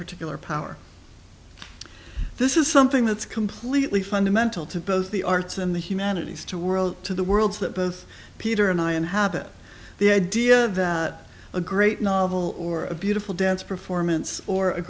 particular power this is something that's completely fundamental to both the arts and humanities to world to the worlds that both peter and i inhabit the idea that a great novel or a beautiful dance performance or a